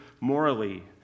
morally